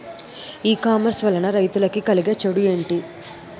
ఈ కామర్స్ వలన రైతులకి కలిగే చెడు ఎంటి?